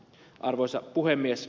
arvoisa puhemies